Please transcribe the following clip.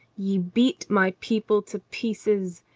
ye beat my people to pieces.